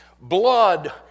blood